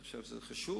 אני חושב שזה חשוב,